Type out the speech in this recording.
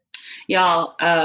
Y'all